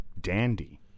dandy